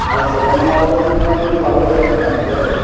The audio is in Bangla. আচ্ছা তার মানে আপনাদের এখানে খুবই ভালোভাবেই যত্ন নেওয়া হয় তাই তো